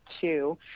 two